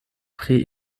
pri